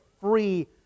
free